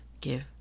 give